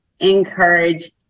encourage